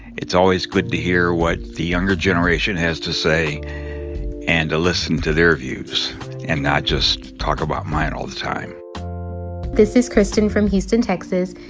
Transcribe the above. it's always good to hear what the younger generation has to say and to listen to their views and not just talk about mine all the time this is kristen from houston, texas.